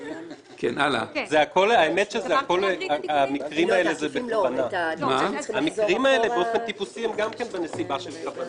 הלאה המקרים האלו באופן טיפוסי הם גם בנסיבה של כוונה.